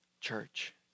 Church